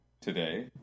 today